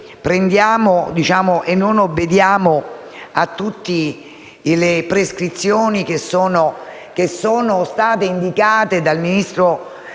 presentiamo lì e non obbediamo a tutte le prescrizioni che sono state indicate dal neoministro.